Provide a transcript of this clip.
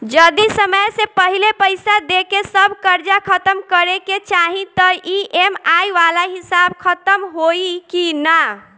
जदी समय से पहिले पईसा देके सब कर्जा खतम करे के चाही त ई.एम.आई वाला हिसाब खतम होइकी ना?